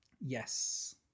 yes